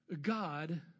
God